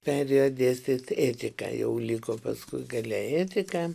perėjo dėstyti etiką jau liko paskui gale etika